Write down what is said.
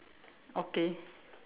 okay